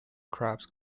crops